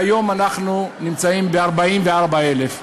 כיום אנחנו נמצאים ב-44,000,